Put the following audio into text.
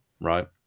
right